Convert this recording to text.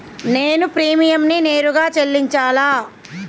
నేను ప్రీమియంని నేరుగా చెల్లించాలా?